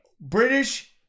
British